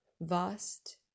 vast